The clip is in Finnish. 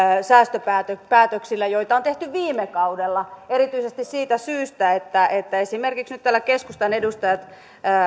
säästöpäätöksillä joita on tehty viime kaudella erityisesti siitä syystä että että esimerkiksi nyt täällä keskustan edustajat